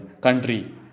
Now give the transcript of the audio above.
country